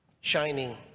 shining